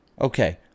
Okay